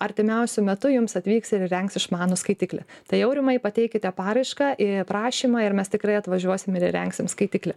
artimiausiu metu jums atvyks ir įrengs išmanų skaitiklį tai aurimai pateikite paraišką ir prašymą ir mes tikrai atvažiuosim ir įrengsim skaitiklį